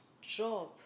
job